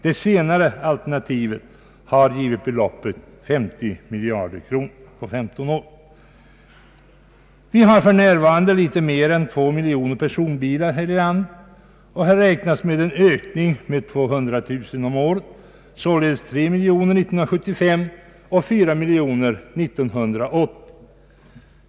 Det senare alternativet har givit beloppet 50 miljarder kronor under 15 år. Vi har för närvarande litet mer än 2 miljoner personbilar här i landet, och det väntas en ökning med 200 000 bilar om året, således till 3 miljoner 1975 och 4 miljoner 1980.